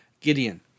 Gideon